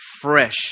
fresh